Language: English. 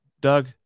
doug